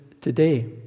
today